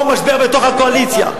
או משבר בתוך הקואליציה,